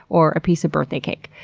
or a piece of birthday cake.